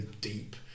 deep